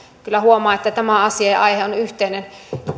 kyllä huomaa että tämä asia ja aihe on yhteinen